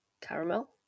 caramel